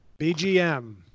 BGM